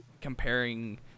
comparing